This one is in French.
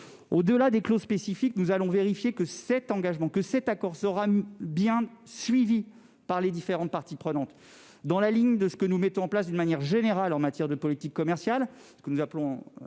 Au-delà des clauses spécifiques, nous vérifierons que cet accord est bien respecté par les différentes parties prenantes. Dans le droit fil de ce que nous mettons en place d'une manière générale en matière de politique commerciale- ce que nous appelons,